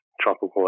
tropical